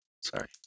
Sorry